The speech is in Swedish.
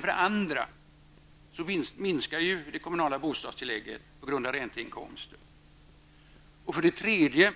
För det andra minskar det kommunala bostadstillägget på grund av ränteinkomster. För det tredje